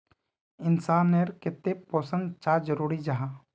इंसान नेर केते पोषण चाँ जरूरी जाहा?